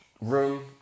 room